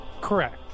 correct